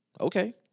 okay